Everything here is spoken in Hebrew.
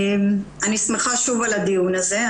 אני שמחה על הדיון הזה.